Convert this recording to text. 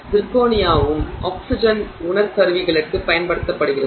zirconia வும் oxygen உயிரகம் உணர்கருவிகளுக்கு பயன்படுத்தப்படுகிறது